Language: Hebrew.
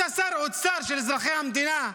אתה שר אוצר של אזרחי המדינה,